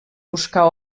buscar